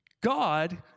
God